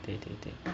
对对对